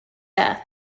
death